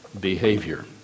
behavior